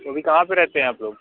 तो अभी कहाँ पर रहते हैं आप लोग